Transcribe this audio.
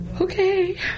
okay